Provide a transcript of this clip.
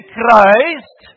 Christ